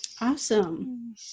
Awesome